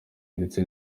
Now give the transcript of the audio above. ndetse